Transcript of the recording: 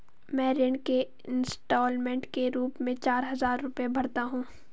मैं ऋण के इन्स्टालमेंट के रूप में चार हजार रुपए भरता हूँ